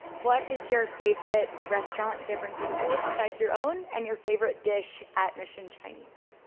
what is your favorite restaurant in san francisco besides your own and your favorite dish at mission chinese?